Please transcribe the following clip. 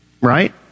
right